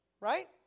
Right